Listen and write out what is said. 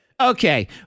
Okay